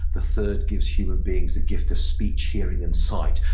the third gives human beings the gift of speech, hearing, and sight.